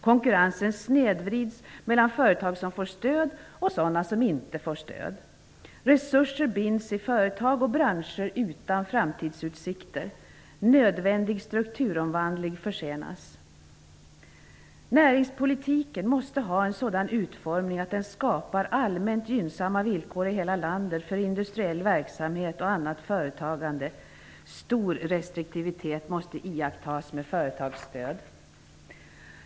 Konkurrensen snedvrids mellan företag som får stöd och sådana som som inte får stöd. Resurser binds i företag och branscher utan framtidsutsikter. Nödvändig strukturomvandling försenas. Näringspolitiken måste ha en sådan utformning att den skapar allmänt gynnsamma villkor i hela landet för industriell verksamhet och annat företagande. Stor restriktivitet måste iakttas med företagsstöd.